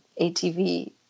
ATV